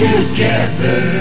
Together